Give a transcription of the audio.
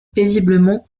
paisiblement